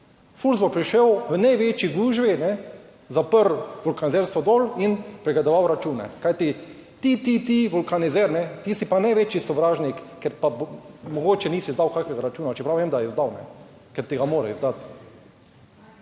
FURS bo prišel v največji gužvi, zaprl vulkanizerstvo dol in pregledoval račune, kajti ti, ti, ti vulkanizer, ti si pa največji sovražnik. Ker pa mogoče nisi izdal kakšnega računa, čeprav vem, da je izdal, ker ti ga mora izdati.